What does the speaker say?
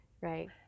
right